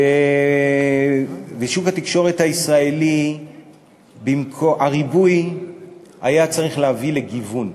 ובשוק התקשורת הישראלי הריבוי היה צריך להביא לגיוון,